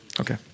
Okay